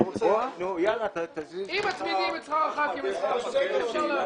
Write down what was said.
אם מצמידים את שכר חברי הכנסת, אפשר להעביר.